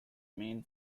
mean